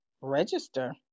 register